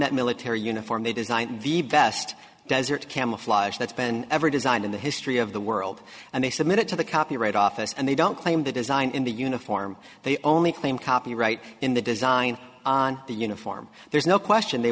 that military uniform they designed the best desert camouflage that's been ever designed in the history of the world and they submit it to the copyright office and they don't claim the design in the uniform they only claim copyright in the design on the uniform there's no question they